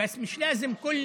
אכן היו מקרים כאלה,